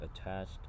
attached